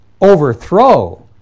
overthrow